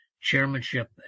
chairmanship